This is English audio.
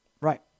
Right